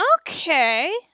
Okay